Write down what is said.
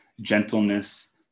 gentleness